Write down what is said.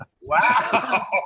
Wow